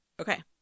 Okay